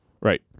Right